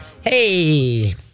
Hey